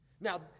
Now